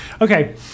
Okay